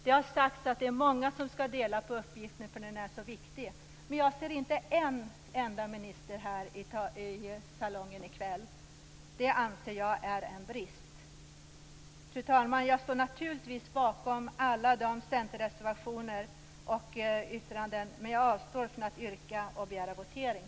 Det har sagts att det är många som skall dela på uppgiften därför att den är så viktig, men jag ser inte en enda minister här i salongen i kväll. Det anser jag är en brist. Fru talman! Jag står naturligtvis bakom alla Centerreservationer och yttranden, men jag avstår från att yrka bifall till dem och begära votering.